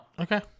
Okay